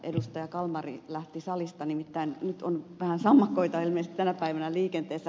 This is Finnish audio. kalmari lähti salista nimittäin nyt on vähän sammakoita ilmeisesti tänä päivänä liikenteessä